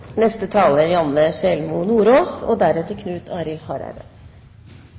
Neste taler er Knut Arild Hareide,